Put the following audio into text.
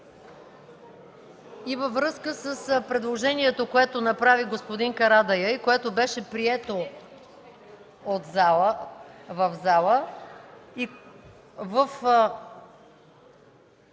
Във връзка с предложението, което направи господин Карадайъ и беше прието в залата,